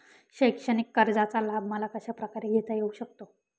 शैक्षणिक कर्जाचा लाभ मला कशाप्रकारे घेता येऊ शकतो?